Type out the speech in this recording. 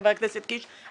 חבר הכנסת קיש,